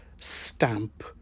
Stamp